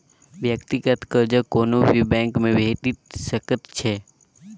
व्यक्तिगत कर्जा कोनो भी बैंकमे भेटि सकैत छै